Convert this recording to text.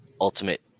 ultimate